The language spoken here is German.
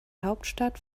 hauptstadt